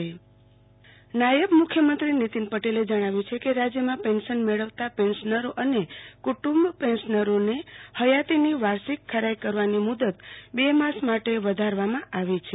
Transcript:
આરતી ભક્ટ પેન્સનર હયાતી ખરાઈ નાયબ મુખ્મંત્રી નીતિન પટેલે જણાવ્યું છે કે રાજ્યમાં પેન્શન મેળવતા પેન્શનરો અને કુદુંબ પેન્શનરોને હયાતીની વાર્ષિક ખરાઈ કરવાની મુદત બે માસ વધારવામાં આવી છે